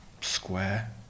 Square